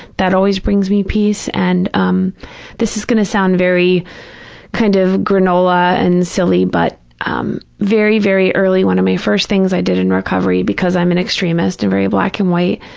that always brings me peace. and um this is going to sound very kind of granola and silly, but um very, very early, one of my first things i did in recovery, because i'm an extremist and very black and white,